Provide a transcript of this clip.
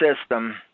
system